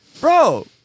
bro